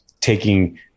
taking